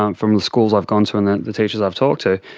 um from the schools i've gone to and the teachers i've talked to,